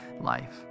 life